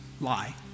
Lie